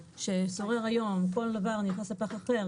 ששורר היום שכל דבר נכנס לפח אחר,